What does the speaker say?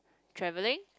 travelling